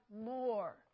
more